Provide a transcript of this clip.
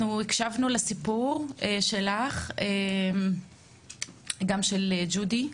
אנחנו הקשבנו לסיפור שלך, גם של ג'ודי,